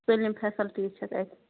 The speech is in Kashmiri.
سٲلِم فیسَلٹیٖز چھَس اَتہِ